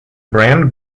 brand